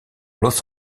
los